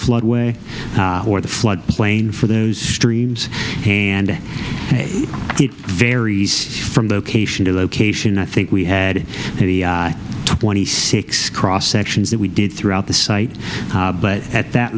flood way or the floodplain for those streams and it varies from location to location i think we had twenty six cross sections that we did throughout the site but at that